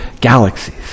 galaxies